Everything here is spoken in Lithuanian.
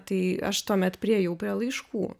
tai aš tuomet priėjau prie laiškų